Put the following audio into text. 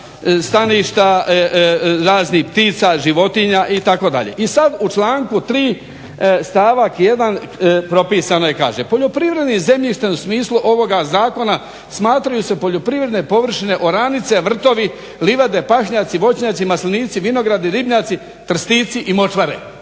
staništa raznih ptica, životinja itd. I sad u članku 3. stavak 1. propisano je, kaže: "Poljoprivrednim zemljištem u smislu ovoga zakona smatraju se poljoprivredne površine, oranice, vrtovi, livade, pašnjaci, voćnjaci, maslenici, vinogradi, ribnjaci, trstici i močvare.